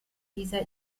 dieser